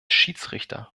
schiedsrichter